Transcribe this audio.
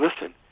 listen